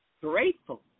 grateful